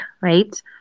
right